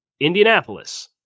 Indianapolis